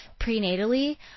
prenatally